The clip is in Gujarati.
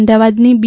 અમદાવાદની બી